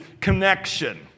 connection